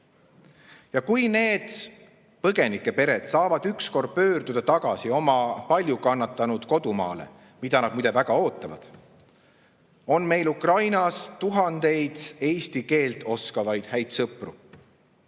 Ja kui need põgenike pered saavad ükskord pöörduda tagasi oma paljukannatanud kodumaale – muide, seda nad väga ootavad –, siis on meil Ukrainas tuhandeid eesti keelt oskavaid häid sõpru. Nagu